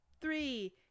three